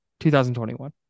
2021